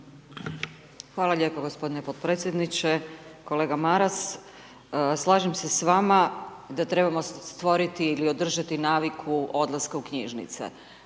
Hvala lijepo g. potpredsjedniče. Kolega Maras, slažem se s vama da trebamo stvoriti ili održati naviku odlaska u knjižnice.